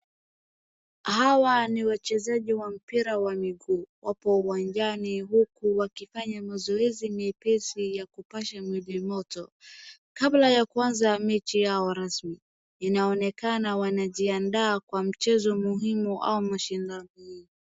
Hawa ni wachezaji wa mpira wa miguu, wapo uwanjani uku wakifanya mazoezi mepesi ya kupasha misuli moto, kabla ya kuaza mechi yao rasmi. Inaonekana wanajiandaa kwa mchezo muhimu au mashindano.